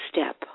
step